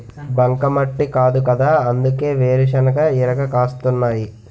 బంకమట్టి కాదుకదా అందుకే వేరుశెనగ ఇరగ కాస్తున్నాయ్